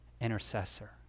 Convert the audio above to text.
intercessor